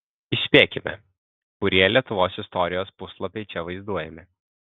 įspėkime kurie lietuvos istorijos puslapiai čia vaizduojami